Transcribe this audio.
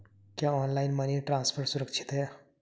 क्या online money transfer सुरक्षित है?